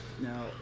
now